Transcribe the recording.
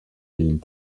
being